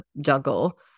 juggle